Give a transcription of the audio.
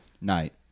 Night